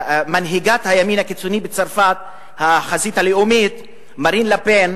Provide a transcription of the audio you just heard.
מנהיגת הימין בצרפת, החזית הלאומית, מרין לה-פן,